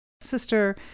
sister